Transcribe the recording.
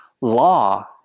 law